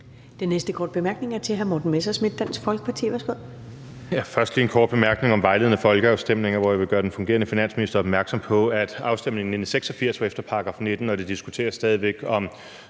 Den næste korte bemærkning er til hr. Morten Messerschmidt, Dansk Folkeparti.